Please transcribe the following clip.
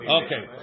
okay